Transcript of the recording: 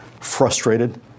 frustrated